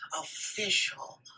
Official